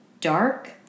dark